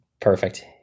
Perfect